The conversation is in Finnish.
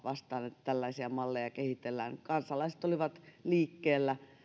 vastaan että tällaisia malleja kehitellään kansalaiset olivat liikkeellä